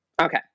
okay